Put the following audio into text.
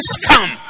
come